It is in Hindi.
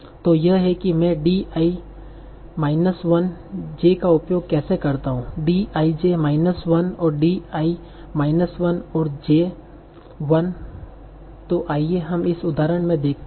तो यह है कि मैं D i माइनस 1 j का उपयोग कैसे करता हूं D i jमाइनस 1 और D i माइनस 1 और j 1 तो आइए हम इस उदाहरण में देखते हैं